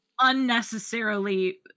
unnecessarily